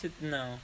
No